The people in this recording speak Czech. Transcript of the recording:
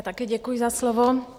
Také děkuji za slovo.